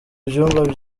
ibyumba